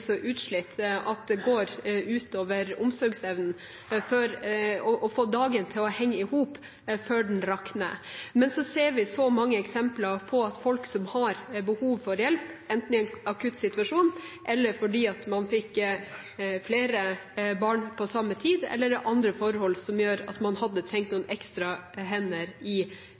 så utslitt at det går ut over omsorgsevnen – det å få dagen til å henge i hop før den rakner. Vi ser så mange eksempler på folk som har behov for hjelp, enten i en akuttsituasjon eller fordi man har fått flere barn på samme tid, eller andre forhold som gjør at man hadde trengt noen ekstra hender i